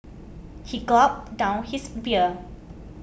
he gulped down his beer